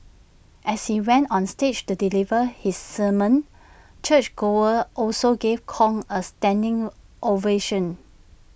as he went on stage to deliver his sermon churchgoers also gave Kong A standing ovation